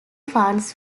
funds